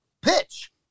pitch